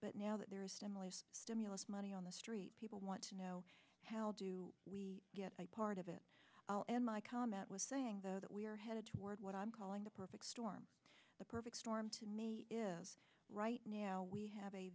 but now that there is stimulus stimulus money on the street people want to know how do we get part of it all and my comment was saying though that we are headed toward what i'm calling the perfect storm the perfect storm to me is right now we have a